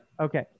Okay